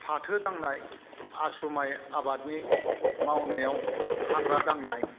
फाथो दांनाय आसु माइ आबादनि मावनायाव हाग्रा दांनाय